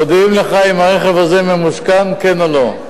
מודיעים לך אם הרכב הזה ממושכן או לא.